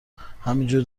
همینجور